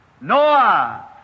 Noah